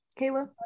Kayla